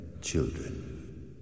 children